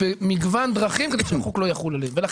במגוון דרכים כדי שהחוק לא יחול עליהם.